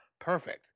Perfect